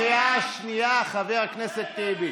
חבר הכנסת טיבי.